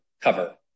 cover